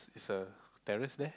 is a terrace there